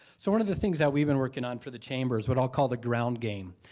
so one of the things that we've been working on for the chambers, what i'll call the ground game.